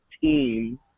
team